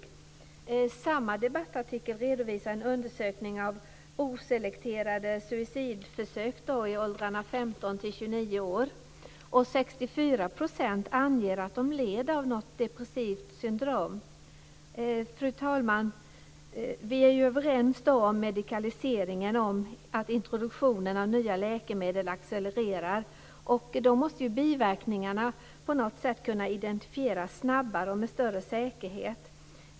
I samma debattartikel redovisas en undersökning av oselekterade suicidförsök i åldrarna 15-29 år. Fru talman! Vi är ju överens om medikaliseringen och om att introduktionen av nya läkemedel accelererar. Då måste ju biverkningarna på något sätt kunna identifieras snabbare och med större säkerhet.